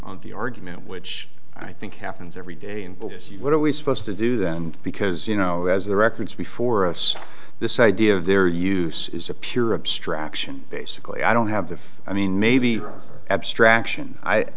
on the argument which i think happens every day and what are we supposed to do then because you know as the records before us this idea of their use is a pure abstraction basically i don't have the i mean maybe abstraction i